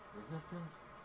Resistance